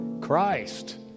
Christ